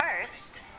First